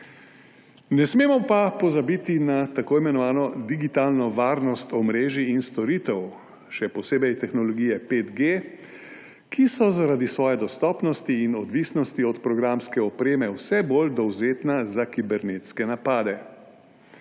Ne smemo pa pozabiti na tako imenovano digitalno varnost omrežij in storitev, še posebej tehnologije 5G, ki so zaradi svoje dostopnosti in odvisnosti od programske opreme vse bolj dovzetna za kibernetske napade.